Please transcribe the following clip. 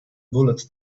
bullet